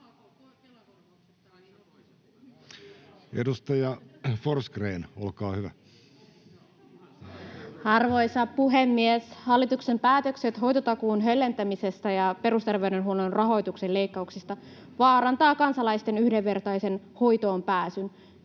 16:14 Content: Arvoisa puhemies! Hallituksen päätökset hoitotakuun höllentämisestä ja perusterveydenhuollon rahoituksen leikkauksista vaarantavat kansalaisten yhdenvertaisen hoitoonpääsyn,